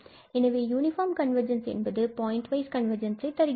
எனவே uniform convergence என்பது point convergence ஐ தருகிறது